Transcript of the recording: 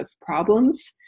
problems